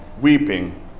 Weeping